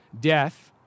death